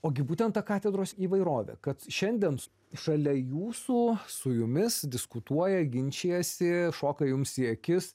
ogi būtent ta katedros įvairovė kad šiandien šalia jūsų su jumis diskutuoja ginčijasi šoka jums į akis